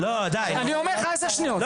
אני אומר לך 10 שניות,